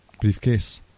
briefcase